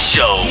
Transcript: Show